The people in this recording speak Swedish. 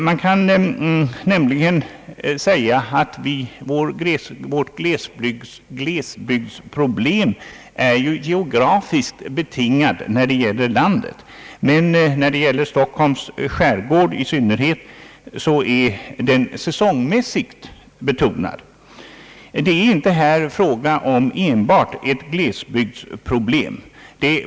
Man kan nämligen säga att vårt glesbygdsproblem är geografiskt betingat när det gäller landet, men när det gäller Stockholms skärgård i synnerhet är det säsongmässigt betonat. Det är här inte fråga om enbart ett glesbygdsproblem.